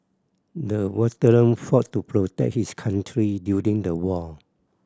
the veteran fought to protect his country during the war